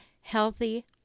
healthy